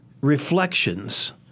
reflections